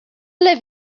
live